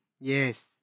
Yes